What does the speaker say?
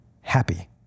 happy